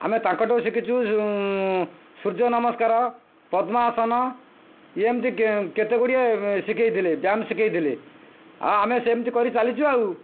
ଆମେ ତାଙ୍କଠୁ ଶିଖିଛୁ ସୂର୍ଯ୍ୟ ନମସ୍କାର ପଦ୍ମାସନ ଏମିତି କେତେ ଗୁଡ଼ିଏ ଶିଖେଇ ଥିଲେ ବ୍ୟାୟାମ୍ ଶିଖେଇଥିଲେ ଆଉ ଆମେ ସେମିତି କରି ଚାଲିଛୁ ଆଉ